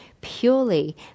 purely